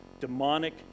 demonic